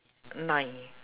nine